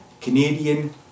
Canadian